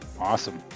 Awesome